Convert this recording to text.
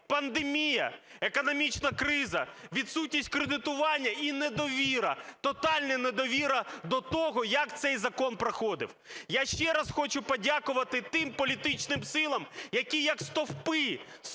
пандемія, економічна криза, відсутність кредитування і недовіра, тотальна недовіра до того, як цей закон проходив. Я ще раз хочу подякувати тим політичним силам, які, як стовпи,